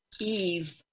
eve